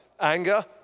Anger